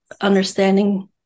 understanding